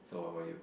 so what about you